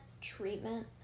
treatment